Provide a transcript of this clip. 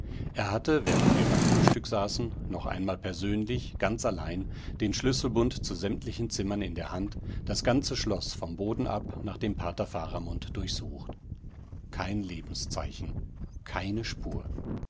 er hatte während wir beim frühstück saßen noch einmal persönlich ganz allein den schlüsselbund zu sämtlichen zimmern in der hand das ganze schloß vom boden ab nach dem pater faramund durchsucht kein lebenszeichen keine spur